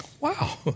wow